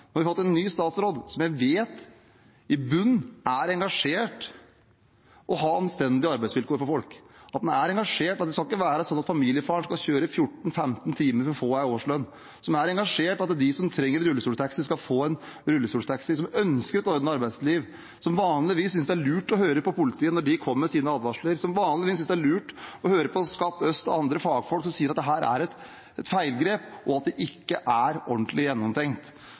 ny statsråd, som jeg vet i bunn og grunn engasjerer seg for anstendige arbeidsvilkår for folk, som engasjerer seg når en familiefar må kjøre 14–15 timer for å få en årslønn, som engasjerer seg for at de som trenger en rullestoltaxi, skal få en rullestoltaxi, som ønsker et ordnet arbeidsliv, som vanligvis synes det er lurt å høre på politiet når de kommer med sine advarsler, og lurt å høre på Skatt Øst og andre fagfolk som sier at dette er et feilgrep, og at det ikke er ordentlig gjennomtenkt.